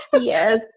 yes